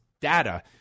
data